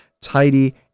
tidy